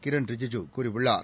கிரன் ரிஜூஜூ கூறியுள்ளார்